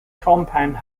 compound